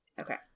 Okay